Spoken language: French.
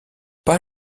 pas